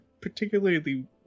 particularly